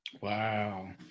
Wow